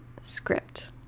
script